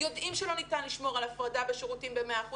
יודעים שלא ניתן לשמור על הפרדה בשירותים ב- 100%